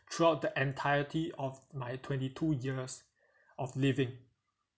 throughout the entirety of my twenty two years of living